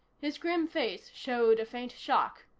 his grim face showed a faint shock.